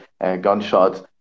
gunshots